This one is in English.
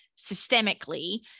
systemically